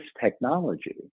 technology